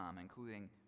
including